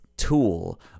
tool